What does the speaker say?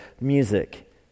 music